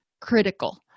critical